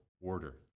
order